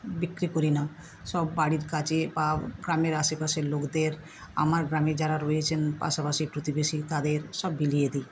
বিক্রি করি না সব বাড়ির কাছে বা গ্রামের আশপাশের লোকদের আমার গ্রামে যারা রয়েছেন পাশাপাশি প্রতিবেশী তাদের সব বিলিয়ে দিই